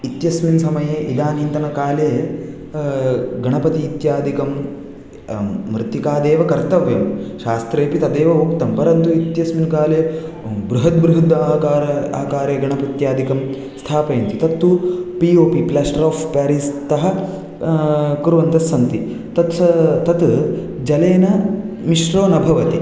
इत्यस्मिन् समये इदानींतनकाले गणपतीत्यादिकं मृत्तिकादेव कर्तव्यं शास्त्रेपि तदेव उक्तं परन्तु इत्यस्मिन्काले बृहद्बृहदाकार आकारे गणपतीत्यादिकं स्थापयन्ति तत्तु पिओपि प्लास्टराफ़्पेरिस्तः कुर्वन्तः सन्ति तत्स् तत् जलेन मिश्रो न भवति